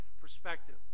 perspective